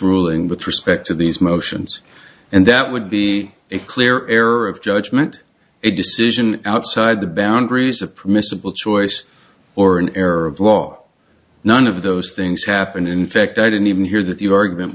ruling with respect to these motions and that would be a clear error of judgment a decision outside the boundaries of permissible choice or an error of law none of those things happened in fact i didn't even hear that your argument